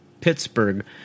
Pittsburgh